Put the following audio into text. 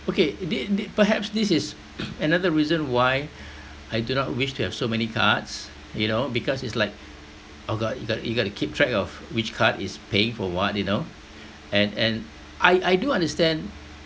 okay th~ th~ perhaps this is another reason why I do not wish to have so many cards you know because it's like oh god you got you got to keep track of which card is paying for what you know and and I I do understand